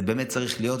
זה באמת צריך להיות.